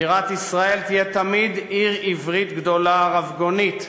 בירת ישראל תהיה תמיד עיר עברית גדולה, רבגונית,